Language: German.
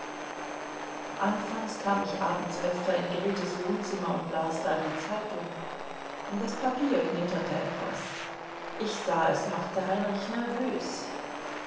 anfangs kam ich abends öfter in gretes wohnzimmer und las da die zeitung das papier knitterte etwas ich sah es machte heinrich nervös